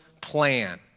plan